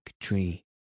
tree